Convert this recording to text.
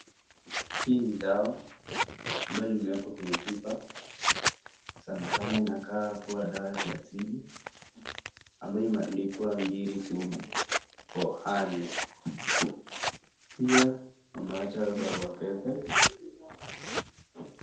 Hii ni dawa ambayo imewekwa kwa chupa, sana sana inakaa kuwa dawa ya kiasili ambayo imeandikwa ngiri suku kokania, pia ameacha barua pepe.